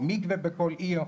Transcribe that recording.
או מקווה בכל עיר,